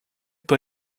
pas